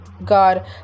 god